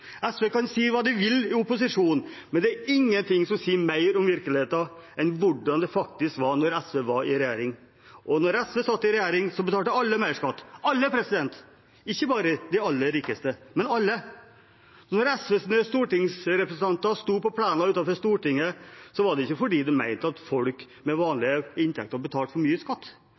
SV kan si hva de vil i opposisjon, men det er ingenting som sier mer om virkeligheten enn hvordan det faktisk var da SV var i regjering. Og da SV satt i regjering, betalte alle mer i skatt – alle – ikke bare de aller rikeste, men alle. Da SVs stortingsrepresentanter sto på plenen utenfor Stortinget, var det ikke fordi de mente at folk med vanlige inntekter betalte for mye i skatt.